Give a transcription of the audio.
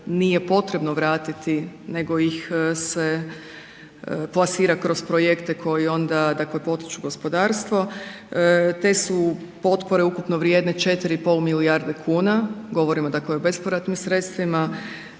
nije potrebno vratiti nego ih se plasira kroz projekte koji onda potiču gospodarstvo. Te su potpore ukupno vrijedne 4,5 milijarde kuna, govorimo dakle o bespovratnim sredstvima,